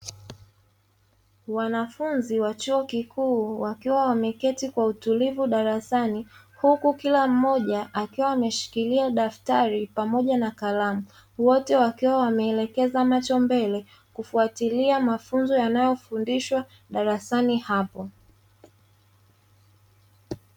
Wanafunzi wa chuo kikuu wakiwa wameketi kwa utulivu darasani, huku kila mmoja akiwa ameshikilia daftari pamoja na kalamu. Wote wakiwa wameelekeza macho mbele kufuatilia mafunzo yanayofundishwa darasani hapo.